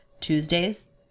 Tuesdays